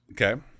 Okay